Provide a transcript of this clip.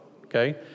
Okay